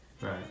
Right